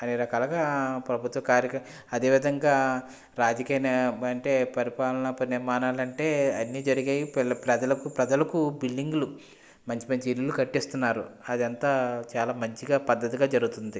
అన్ని రకాలుగా ప్రభుత్వ కార్యక్ర అదే విధంగా రాజకీయ అంటే పరిపాలన నిర్మాణాలంటే అన్నీ జరిగాయి ప్రజలకు ప్రజలకు బిల్డింగులు మంచి మంచి ఇళ్ళు కట్టిస్తున్నారు అదంతా చాలా మంచిగా పద్ధతిగా జరుగుతుంది